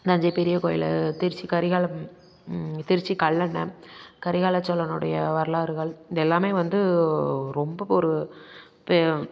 தஞ்சை பெரிய கோயிலை திருச்சி கரிகாலன் திருச்சி கல்லணை கரிகாலச்சோழனுடைய வரலாறுகள் இதெல்லாமே வந்து ரொம்ப ஒரு பெ